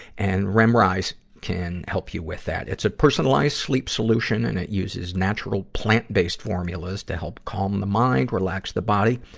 and remrise can help you with that. it's a personalized sleep solution, and it uses natural plant-based formulas to help calm the mind, relax the body,